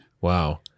Wow